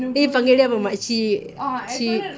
eh panggil dia apa makcik cik